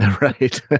Right